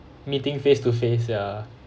meeting face to face ya